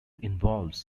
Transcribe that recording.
involves